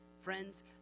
Friends